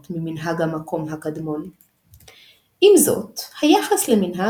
ואילו רבני ספרד נטו הרבה יותר לבטל "מנהג הטעות".